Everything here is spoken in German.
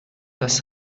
das